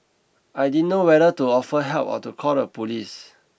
I didn't know whether to offer help or to call the police